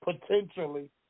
potentially